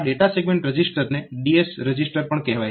આ data segment રજીસ્ટરને DS register પણ કહેવાય છે